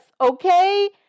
okay